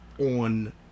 on